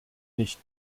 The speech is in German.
nicht